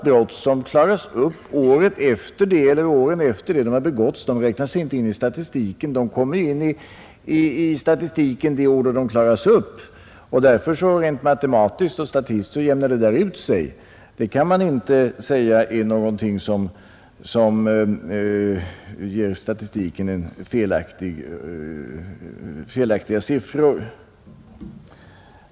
Brott som klaras upp året efter det de har begåtts räknas in i statistiken för det år då de klaras upp; de faller således inte på något sätt utanför statistiken. Rent matematiskt och statistiskt jämnar det därför ut sig. Man kan inte säga att det är någonting som ger en felaktig statistik.